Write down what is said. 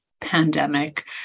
pandemic